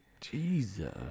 Jesus